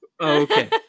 Okay